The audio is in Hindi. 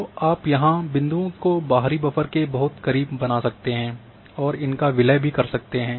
तो आप बिंदुओं को बाहरी बफ़र के बहुत करीब बना सकते हैं और इनका विलय भी कर सकते हैं